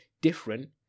different